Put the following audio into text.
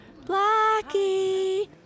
blackie